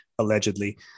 Allegedly